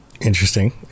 Interesting